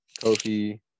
Kofi